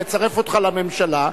לצרף אותך לממשלה,